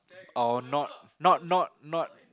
or not not not not